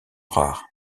rares